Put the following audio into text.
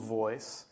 voice